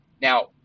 Now